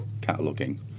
cataloguing